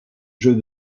jeu